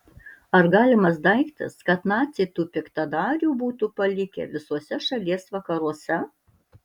ar galimas daiktas kad naciai tų piktadarių būtų palikę visuose šalies vakaruose